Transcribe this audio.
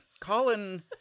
Colin